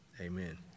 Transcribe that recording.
Amen